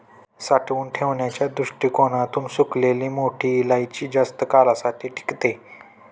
साठवून ठेवण्याच्या दृष्टीकोणातून सुकलेली मोठी इलायची जास्त काळासाठी टिकते